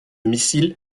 missile